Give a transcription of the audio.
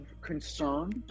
concern